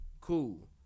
Cool